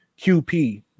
QP